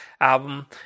album